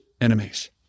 enemies